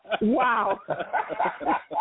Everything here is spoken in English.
Wow